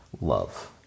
Love